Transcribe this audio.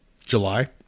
July